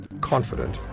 confident